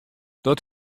dat